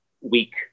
week